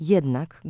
Jednak